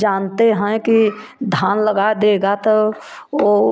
जानते हैं कि धान लगा देगा तो वो